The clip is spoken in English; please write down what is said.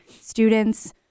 students